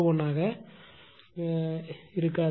01 ஆக இருக்காது